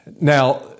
Now